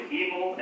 evil